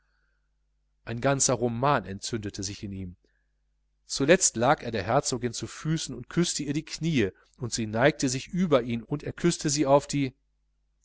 ein ganzer roman entzündete sich in ihm zuletzt lag er der herzogin zu füßen und küßte ihr die kniee und sie neigte sich über ihn und er küßte sie auf die